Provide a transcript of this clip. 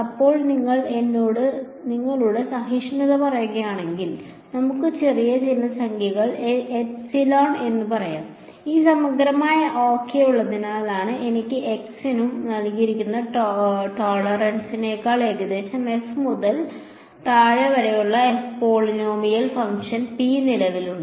അപ്പോൾ നിങ്ങൾ എന്നോട് നിങ്ങളുടെ സഹിഷ്ണുത പറയുകയാണെങ്കിൽ നമുക്ക് ചില ചെറിയ സംഖ്യകൾ epsilon എന്ന് പറയാം ഈ സമഗ്രമായ ok എന്നതിനുള്ളിൽ എല്ലാ x നും നൽകിയിരിക്കുന്ന ടോളറൻസിനേക്കാൾ ഏകദേശം f മുതൽ താഴെ വരെ ഒരു പോളിനോമിയൽ ഫംഗ്ഷൻ p നിലവിലുണ്ട്